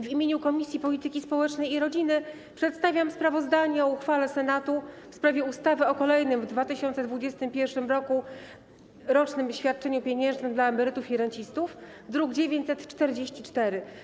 W imieniu Komisji Polityki Społecznej i Rodziny przedstawiam sprawozdanie o uchwale Senatu w sprawie ustawy o kolejnym w 2021 r. dodatkowym rocznym świadczeniu pieniężnym dla emerytów i rencistów, druk nr 944.